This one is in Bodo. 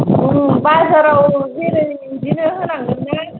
बाजाराव जेरै बिदिनो होनांगोन नों